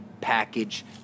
Package